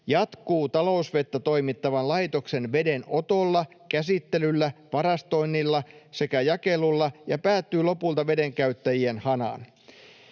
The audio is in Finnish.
jatkuu talousvettä toimittavan laitoksen vedenotolla, käsittelyllä, varastoinnilla sekä jakelulla ja päättyy lopulta vedenkäyttäjien hanaan.